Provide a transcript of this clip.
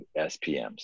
spms